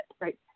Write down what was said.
right